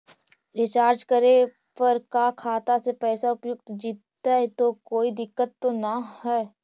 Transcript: Recharge करे पर का खाता से पैसा उपयुक्त जितै तो कोई दिक्कत तो ना है?